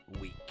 week